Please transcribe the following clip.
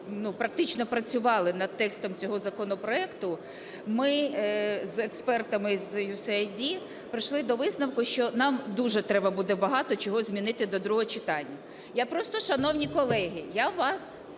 практично працювали над текстом цього законопроекту, ми з експертами з USAID прийшли до висновку, що нам дуже треба буде багато чого змінити до другого читання. Я просто, шановні колеги, я вас